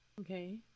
Okay